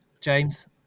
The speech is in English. James